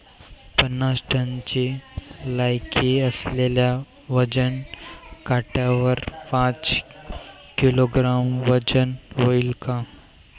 पन्नास टनची लायकी असलेल्या वजन काट्यावर पाच किलोग्रॅमचं वजन व्हईन का?